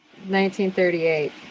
1938